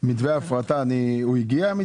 מתווה ההפרטה הגיע?